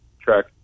track